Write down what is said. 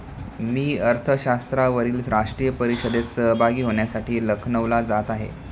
मी अर्थशास्त्रावरील राष्ट्रीय परिषदेत सहभागी होण्यासाठी लखनौला जात आहे